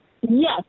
yes